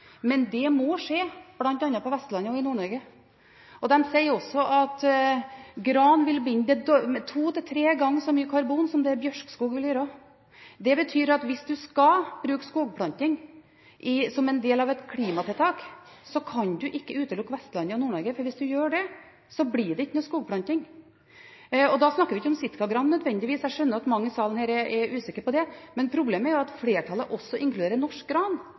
men det må skje bl.a. på Vestlandet og i Nord-Norge, og de sier også at gran vil binde to–tre ganger så mye karbon som det bjørkeskog vil gjøre. Det betyr at hvis en skal bruke skogplanting som en del av et klimatiltak, kan en ikke utelukke Vestlandet og Nord-Norge, for hvis en gjør det, blir det ikke noe skogplanting. Da snakker vi ikke nødvendigvis om sitkagran. Jeg skjønner at mange i salen her er usikre på det, men problemet er at flertallet også inkluderer norsk